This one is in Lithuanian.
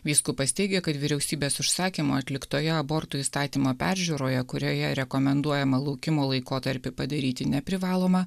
vyskupas teigė kad vyriausybės užsakymu atliktoje abortų įstatymą peržiūroje kurioje rekomenduojama laukimo laikotarpį padaryti neprivalomą